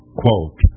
quote